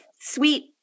sweet